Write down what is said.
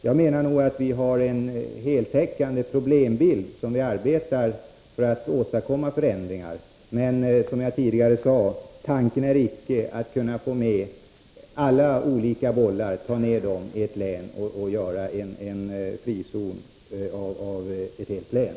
Jag menar därför att vi har en heltäckande problembild när vi arbetar för att åstadkomma förändringar. Men tanken är, som jag tidigare sade, icke att försöka ta ned alla bollar i ett län och göra en frizon av ett helt län.